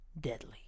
deadly